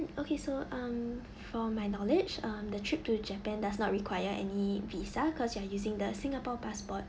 okay so um for my knowledge um the trip to japan does not require any visa cause you are using the singapore passport